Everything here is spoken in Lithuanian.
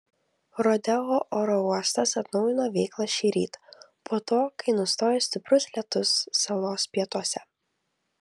rodeo oro uostas atnaujino veiklą šįryt po to kai nustojo stiprus lietus salos pietuose